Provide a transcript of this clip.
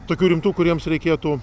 tokių rimtų kuriems reikėtų